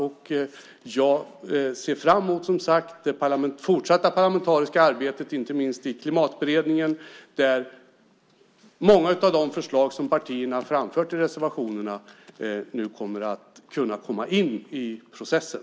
Jag ser fram emot det fortsatta parlamentariska arbetet, inte minst i klimatberedningen där många av de förslag som partierna har framfört i reservationerna kommer att kunna komma in i processen.